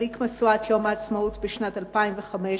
מדליק משואת יום העצמאות בשנת 2005,